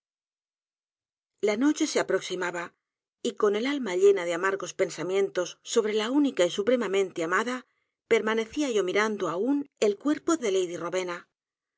la noche se aproximaba y con el alma llena de amargos pensamientos sobre la única y supremamente amada permanecía yo mirando aún el cuerpo de lady rowena